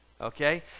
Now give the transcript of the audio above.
okay